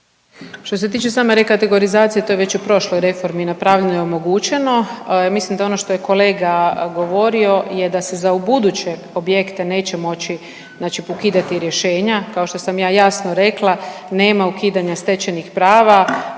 Što se tiče same rekategorizacije to je već u prošloj reformi napravljeno i omogućeno. Mislim da ono što je kolega govorio je da se za ubuduće objekte neće moći znači ukidati rješenja, kao što sam ja jasno rekla. Nema ukidanja stečenih prava,